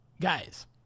guys